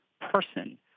person